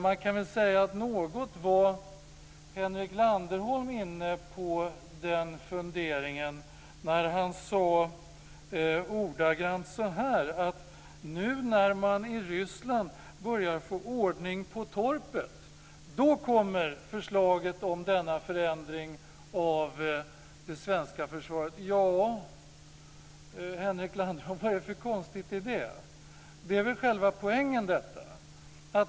Henrik Landerholm var inne på en sådan fundering när han sade: Nu när man i Rysslanad börjar få ordning på torpet, då kommer förslaget om denna förändring av det svenska förslaget. Ja, Henrik Landerholm, vad är det för konstigt med det? Det är väl själva poängen.